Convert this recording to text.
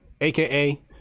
AKA